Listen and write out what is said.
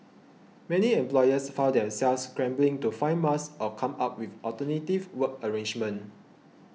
many employers found themselves scrambling to find masks or come up with alternative work arrangements